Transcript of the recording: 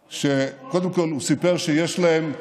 קודם כול הוא סיפר שיש להם פיתוחים,